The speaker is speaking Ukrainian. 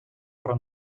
про